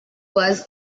was